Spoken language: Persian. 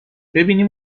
ببینیم